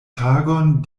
tagon